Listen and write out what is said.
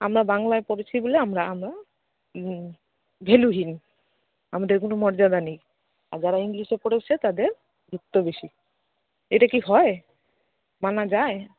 আমরা বাংলায় পড়েছি বলে আমরা আমরা ভ্যালুহীন আমাদের কোনো মর্যাদা নেই আর যারা ইংলিশে পড়েছে তাদের গুরুত্ব বেশি এটা কি হয় মানা যায়